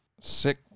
sick